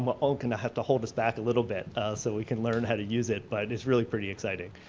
but ah gonna have to hold us back a little bit so we can learn how to use it but it's really pretty exciting